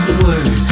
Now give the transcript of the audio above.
word